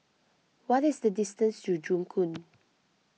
what is the distance to Joo Koon